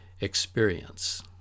experience